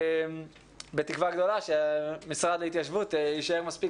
בתקווה גדולה שהמשרד להתיישבות יישאר מספיק